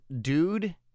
dude